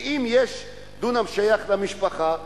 ואם יש דונם ששייך למשפחה,